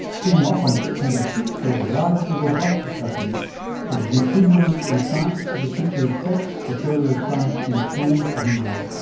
kicking off on september six, they'll be lively robust discussions from the metoo movement in science, to the future of sex, the failure of science in schools, and more.